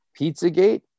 PizzaGate